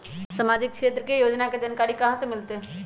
सामाजिक क्षेत्र के योजना के जानकारी कहाँ से मिलतै?